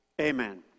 amen